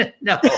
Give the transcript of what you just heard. No